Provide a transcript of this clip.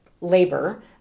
labor